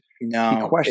no